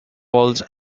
walls